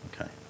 okay